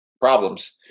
problems